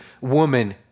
woman